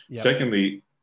Secondly